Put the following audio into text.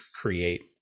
create